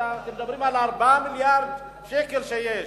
אתם מדברים על 4 מיליארדי ש"ח שיש,